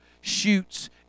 shoots